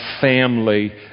family